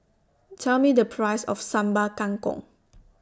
Tell Me The Price of Sambal Kangkong